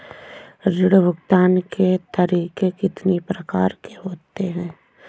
ऋण भुगतान के तरीके कितनी प्रकार के होते हैं?